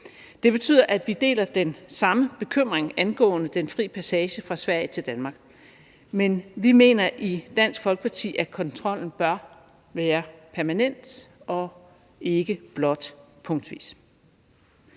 Det betyder, at vi deler den samme bekymring angående den fri passage fra Sverige til Danmark. Men vi mener i Dansk Folkeparti, at kontrollen bør være permanent og ikke blot punktvis.